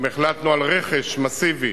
גם החלטנו על רכש מסיבי